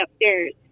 upstairs